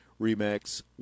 REMAX